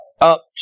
up